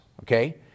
okay